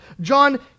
John